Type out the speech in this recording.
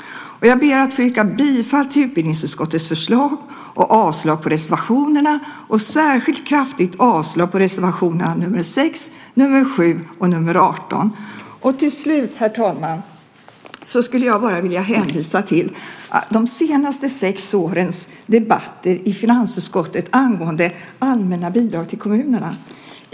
Jag ber att få yrka bifall till utbildningsutskottets förslag och avslag på reservationerna, och särskilt kraftigt avslag på reservationerna nr 6, nr 7 och nr 18. Herr talman! Till slut vill jag bara hänvisa till de senaste sex årens debatter i finansutskottet angående allmänna bidrag till kommunerna.